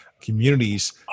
communities